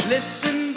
Listen